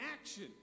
action